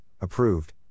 approved